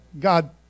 God